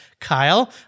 Kyle